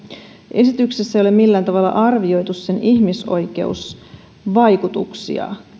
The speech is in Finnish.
esityksessä ei ole millään tavalla arvioitu sen ihmisoikeusvaikutuksia